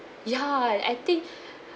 ya I think